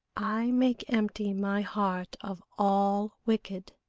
i make empty my heart of all wicked.